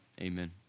amen